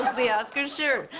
the oscars, sure.